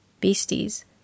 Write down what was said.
Beasties